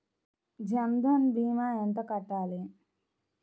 జన్ధన్ భీమా ఎంత కట్టాలి?